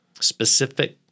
specific